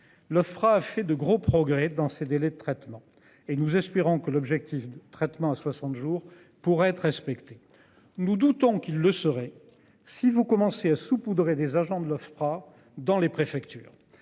Le fera a fait de gros progrès dans ces délais de traitement et nous espérons que l'objectif de traitement à 60 jours pour être respectés. Nous doutons qu'il le serait si vous commencez à saupoudrer des agents de l'Ofpra dans les préfectures,